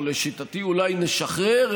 או לשיטתי אולי נשחרר,